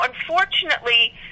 unfortunately